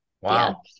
Wow